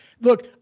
Look